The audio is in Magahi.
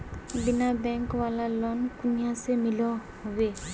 बिना बैंक वाला लोन कुनियाँ से मिलोहो होबे?